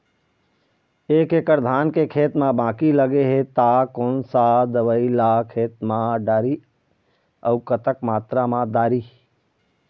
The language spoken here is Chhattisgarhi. एक एकड़ धान के खेत मा बाकी लगे हे ता कोन सा दवई ला खेत मा डारी अऊ कतक मात्रा मा दारी?